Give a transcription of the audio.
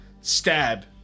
stab